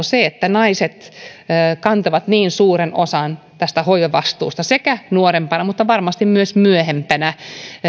se että naiset kantavat niin suuren osan tästä hoivavastuusta sekä nuorempana että varmasti myös myöhemmällä